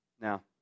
Now